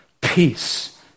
Peace